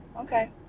okay